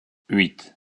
huit